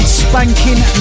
spanking